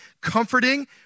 comforting